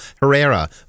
Herrera